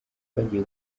bagiye